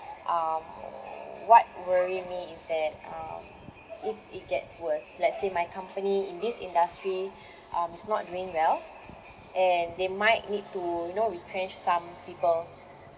um what worry me is that um if it gets worse let's say my company in this industry um is not doing well and they might need to you know retrench some people